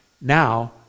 now